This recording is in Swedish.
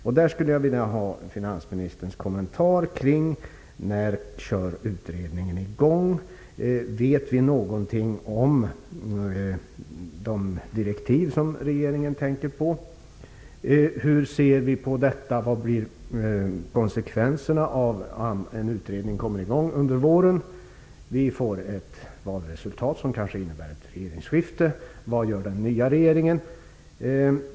Jag skulle därför vilja få kommentarer från finansministern på vissa punkter. När kommer utredningen i gång? Kan man säga någonting om de direktiv som regeringen tänker på? Vad blir konsekvenserna om en utredning kommer i gång under våren, men valresultatet kanske leder till ett regeringsskifte? Vad gör den nya regeringen?